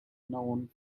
known